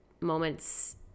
moments